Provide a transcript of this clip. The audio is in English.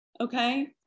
okay